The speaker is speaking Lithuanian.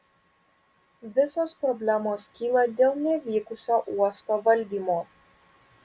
visos problemos kyla dėl nevykusio uosto valdymo